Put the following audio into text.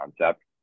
concept